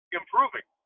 improving